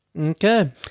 Okay